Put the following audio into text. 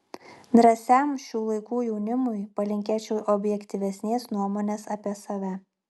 drąsiam šių laikų jaunimui palinkėčiau objektyvesnės nuomonės apie save